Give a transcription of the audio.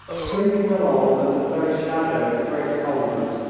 slinking along under the very shadow of the great convent,